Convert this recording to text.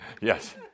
Yes